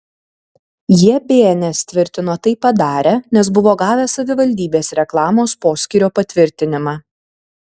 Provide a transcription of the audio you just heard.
jie bns tvirtino tai padarę nes buvo gavę savivaldybės reklamos poskyrio patvirtinimą